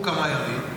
עברו כמה ימים,